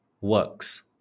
works